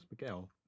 Miguel